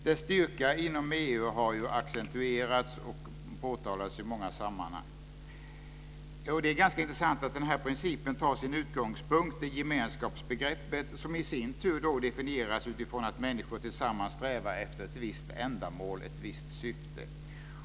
Dess styrka inom EU har accentuerats och påtalats i många sammanhang. Det är ganska intressant att denna princip tar sin utgångspunkt i gemenskapsbegreppet som i sin tur definieras utifrån att människor tillsammans strävar efter ett visst ändamål, ett visst syfte.